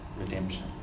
redemption